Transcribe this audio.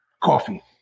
coffee